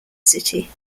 city